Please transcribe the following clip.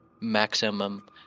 maximum